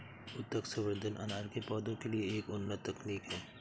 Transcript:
ऊतक संवर्धन अनार के पौधों के लिए एक उन्नत तकनीक है